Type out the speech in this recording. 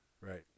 Right